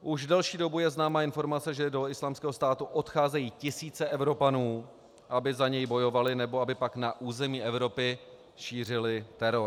Už delší dobu je známa informace, že do Islámského státu odcházejí tisíce Evropanů, aby za něj bojovali nebo aby pak na území Evropy šířili teror.